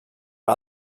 per